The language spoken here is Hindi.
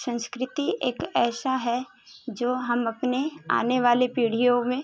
संस्कृति एक ऐसा है जो हम अपने आने वाले पीढ़ियों में